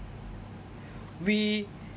we